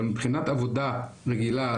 אבל מבחינת עבודה רגילה,